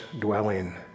dwelling